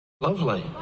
lovely